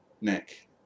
Nick